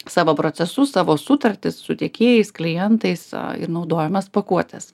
savo procesus savo sutartis su tiekėjais klientais ir naudojamas pakuotes